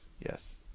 yes